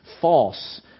false